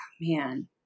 man